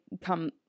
come